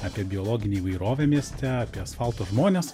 apie biologinę įvairovę mieste apie asfalto žmones